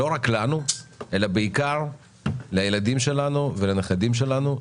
לא רק לנו אלא בעיקר לילדים שלנו ולנכדים שלנו,